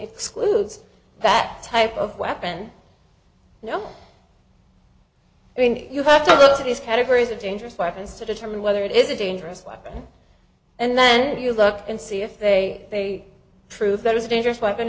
excludes that type of weapon no i think you have to look at these categories of dangerous weapons to determine whether it is a dangerous weapon and then you look and see if they prove that was a dangerous weapon